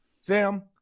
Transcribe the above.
Sam